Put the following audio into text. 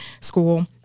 school